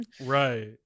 right